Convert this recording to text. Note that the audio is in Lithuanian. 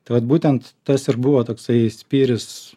tai vat būtent tas ir buvo toksai spyris